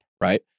right